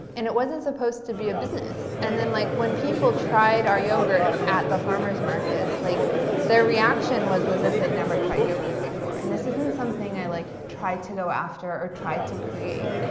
and it wasn't supposed to be a business and like when people tried our yogurt at the farmer's markets, like their reaction was was if they never tried yogurt before. and this isn't something i like tried to go after or tried to create.